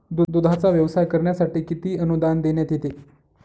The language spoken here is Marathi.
दूधाचा व्यवसाय करण्यासाठी किती अनुदान देण्यात येते?